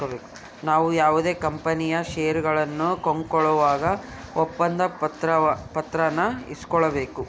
ನಾವು ಯಾವುದೇ ಕಂಪನಿಯ ಷೇರುಗಳನ್ನ ಕೊಂಕೊಳ್ಳುವಾಗ ಒಪ್ಪಂದ ಪತ್ರಾನ ಇಸ್ಕೊಬೇಕು